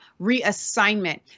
reassignment